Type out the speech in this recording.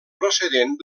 procedent